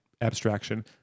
abstraction